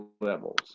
levels